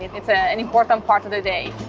it's ah an important um part of the day.